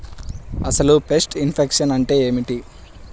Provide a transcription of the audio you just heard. అసలు pest infection అంటే ఏమిటి?